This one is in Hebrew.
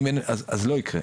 אז לא יקרה,